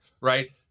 right